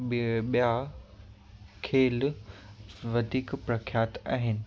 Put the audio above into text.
ॿे ॿिया खेल वधीक प्रख्यात आहिनि